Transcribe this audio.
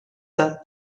that